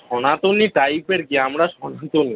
সনাতনী টাইপের কী আমরা সনাতনী